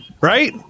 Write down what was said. Right